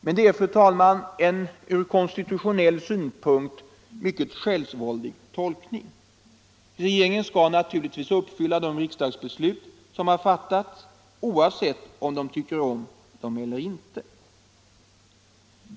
Men det är, fru talman, en ur konstitutionell synpunkt mycket självsvåldig tolkning. Regeringen skall naturligtvis uppfylla de riksdagsbeslut som har fattats oavsett om den tycker om dem eller inte.